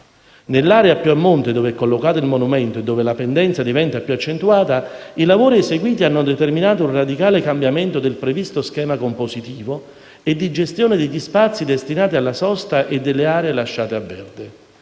Nell'area più a monte dove è collocato il monumento e dove la pendenza diventa più accentuata, i lavori eseguiti hanno determinato un radicale cambiamento del previsto schema compositivo e di gestione degli spazi destinati alla sosta e delle aree lasciate a verde.